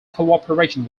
cooperation